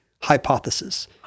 hypothesis